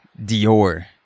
Dior